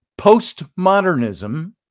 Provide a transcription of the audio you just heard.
Postmodernism